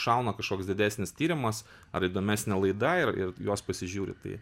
šauna kažkoks didesnis tyrimas ar įdomesnė laida ir ir jos pasižiūri tai